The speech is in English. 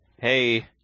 hey